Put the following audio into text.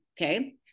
Okay